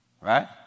Right